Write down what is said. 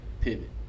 pivot